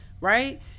Right